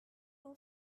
two